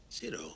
Zero